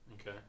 Okay